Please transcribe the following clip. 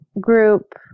group